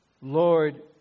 Lord